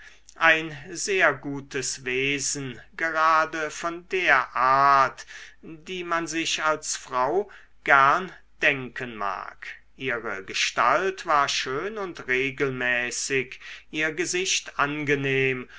ein sehr gutes wesen gerade von der art die man sich als frau gern denken mag ihre gestalt war schön und regelmäßig ihr gesicht angenehm